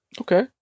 Okay